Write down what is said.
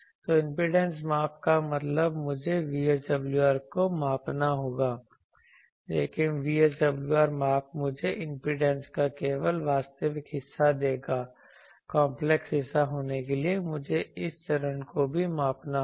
तो इम्पीडेंस माप का मतलब मुझे VSWR को मापना होगा लेकिन VSWR माप मुझे इम्पीडेंस का केवल वास्तविक हिस्सा देगा कांपलेक्स हिस्सा होने के लिए मुझे इस चरण को भी मापना होगा